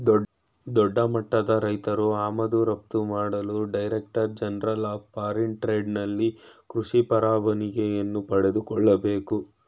ದೊಡ್ಡಮಟ್ಟದ ರೈತ್ರು ಆಮದು ರಫ್ತು ಮಾಡಲು director general of foreign trade ನಲ್ಲಿ ಕೃಷಿ ಪರವಾನಿಗೆಯನ್ನು ಪಡೆದುಕೊಳ್ಳಬೇಕು